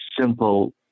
simple